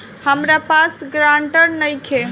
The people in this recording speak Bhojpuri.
हमरा पास ग्रांटर नइखे?